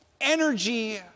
...energy